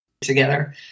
together